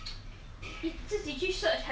还是你去看那个微笑 pasta